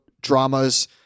dramas